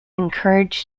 encouraged